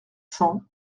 cents